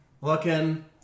Looking